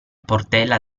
portella